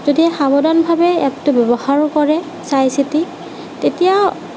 যদি সাৱধানভাৱে এপটো ব্যৱহাৰ কৰে চাই চিতি তেতিয়া